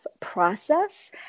process